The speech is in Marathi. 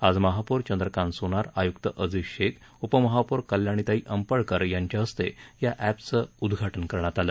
आज महापौर चंद्रकांत सोनार आयुक्त अजीज शेख उपमहापौर कल्याणीताई अंपळकर यांच्या हस्ते या अप्रखिं उद्घाटन करण्यात आलं